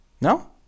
No